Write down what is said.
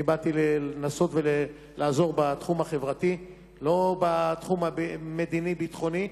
אני באתי לנסות ולעזור בתחום החברתי ולא בתחום המדיני-ביטחוני.